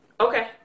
Okay